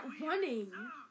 running